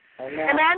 Amen